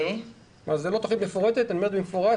תוכנית מפורטת, אני אומר במפורש.